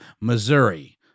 missouri